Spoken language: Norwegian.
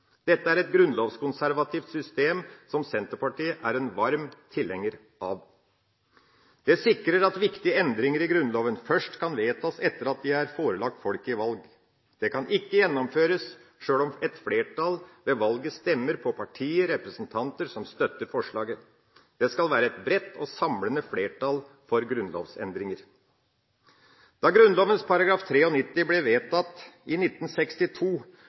Dette er et grunnlovskonservativt system som Senterpartiet er en varm tilhenger av. Det sikrer at viktige endringer i Grunnloven først kan vedtas etter at de er forelagt folket i valg. Det kan ikke gjennomføres sjøl om et flertall ved valget stemmer på partier eller representanter som støtter forslaget. Det skal være et bredt og samlende flertall for grunnlovsendringer. Da Grunnloven § 93 ble vedtatt i 1962,